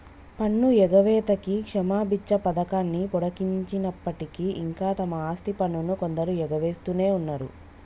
పన్ను ఎగవేతకి క్షమబిచ్చ పథకాన్ని పొడిగించినప్పటికీ ఇంకా తమ ఆస్తి పన్నును కొందరు ఎగవేస్తునే ఉన్నరు